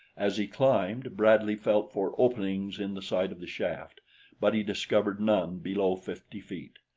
as he climbed, bradley felt for openings in the sides of the shaft but he discovered none below fifty feet.